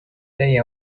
day